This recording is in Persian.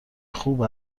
خوب